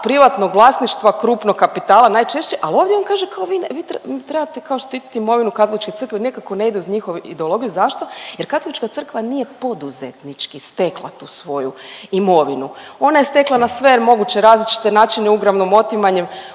privatnog vlasništva, krupnog kapitala najčešće, al ovdje on kaže kao vi, vi trebate kao štititi imovinu Katoličke crkve, nekako ne ide uz njihovu ideologiju, zašto? Jer Katolička crkva nije poduzetnički stekla tu svoju imovinu. Ona je stekla na sve moguće različite načine, uglavnom otimanjem,